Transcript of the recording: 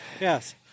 Yes